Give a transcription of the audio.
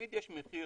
תמיד יש מחיר